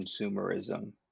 consumerism